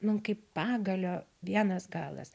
nu kaip pagalio vienas galas